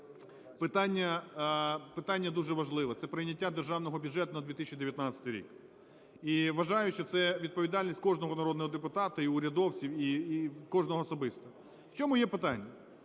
питання дуже важливе – це прийняття Державного бюджету на 2019 рік. І вважаю, що це відповідальність кожного народного депутата і урядовців, і кожного особисто. В чому є питання?